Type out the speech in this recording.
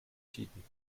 tiden